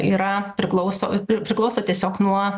yra priklauso tik priklauso tiesiog nuo